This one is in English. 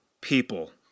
people